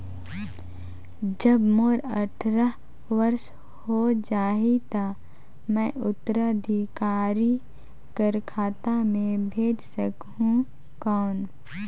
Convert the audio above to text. जब मोर अट्ठारह वर्ष हो जाहि ता मैं उत्तराधिकारी कर खाता मे भेज सकहुं कौन?